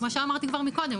כמו שאמרתי גם מקודם,